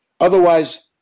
Otherwise